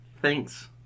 Thanks